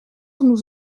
nous